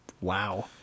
Wow